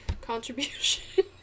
contribution